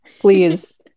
Please